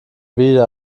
wieder